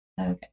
Okay